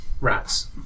Rats